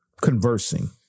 conversing